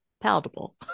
palatable